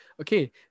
Okay